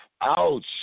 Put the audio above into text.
Ouch